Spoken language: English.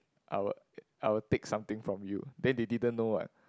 I will I will take something from you then they didn't know what